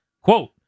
quote